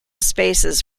spaces